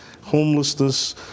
homelessness